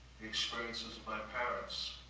the experiences of my parents.